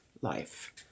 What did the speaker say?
life